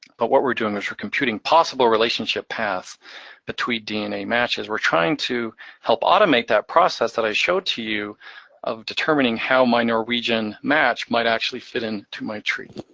but what we're doing is we're computing possible relationship paths between dna matches. we're trying to help automate automate that process that i showed to you of determining how my norwegian match might actually fit into my tree.